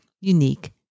unique